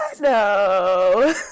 No